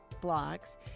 blocks